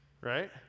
right